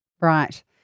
Right